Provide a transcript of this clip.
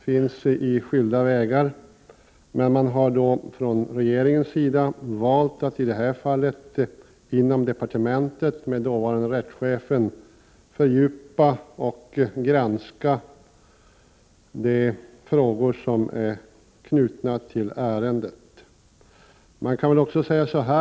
Man har då från' 23 november 1988 regeringens sida valt att i detta fall inom departementet, med dåvarande Kommissi det rättschefen, fördjupa och granska de frågor som är knutna till ärendet.